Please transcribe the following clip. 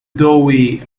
doorway